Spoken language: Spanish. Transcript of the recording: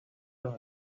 los